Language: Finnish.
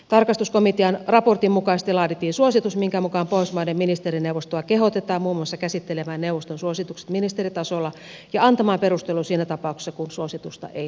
tarkastuskomitean raportin mukaisesti laadittiin suositus minkä mukaan pohjoismaiden ministerineuvostoa kehotetaan muun muassa käsittelemään neuvoston suositukset ministeritasolla ja antamaan perustelun siinä tapauksessa kun suositusta ei noudateta